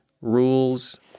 Rules